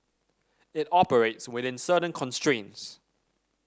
it operates within certain constraints